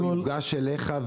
יוגש אליך,